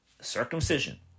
circumcision